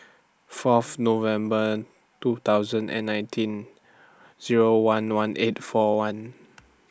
Fourth November two thousand and nineteen Zero one one eight four one